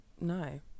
no